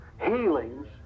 healings